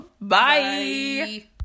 Bye